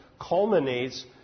culminates